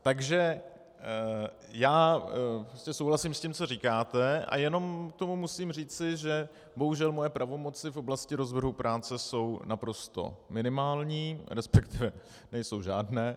Takže já souhlasím s tím, co říkáte, a jenom k tomu musím říci, že bohužel moje pravomoci v oblasti rozvrhu práce jsou naprosto minimální, resp. nejsou žádné.